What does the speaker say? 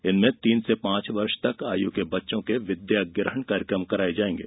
इनमें तीन से पांच वर्ष तक आयु के बच्चों के विद्या ग्रहण कार्यक्रम कराये जायेंगे